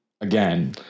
again